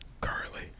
currently